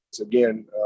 again